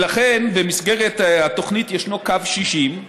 ולכן, במסגרת התוכנית ישנו קו 60,